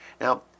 Now